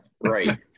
right